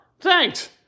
thanks